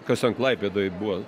kas ten klaipėdoj buvo